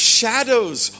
shadows